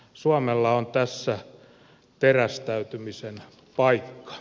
suomella on tässä terästäytymisen paikka